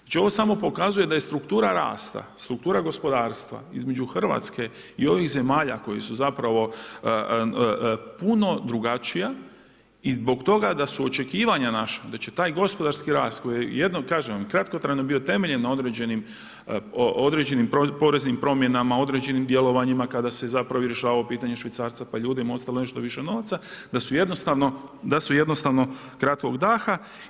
Znači ovo samo pokazuje da je struktura rasta, struktura gospodarstva između Hrvatske i ovih zemalja koji su zapravo puno drugačija i zbog toga da su očekivanja naša, da će taj gospodarski rast, koji jednom kažem, kratkotrajno bio temeljem određenim poreznim promjenama, na određenim djelovanjima, kada se zapravo rješavalo pitanje švicarca, pa je ljudima ostalo nešto više novaca, da su jednostavno kratkog daha.